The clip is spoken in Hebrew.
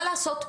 מה לעשות,